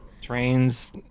Trains